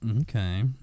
Okay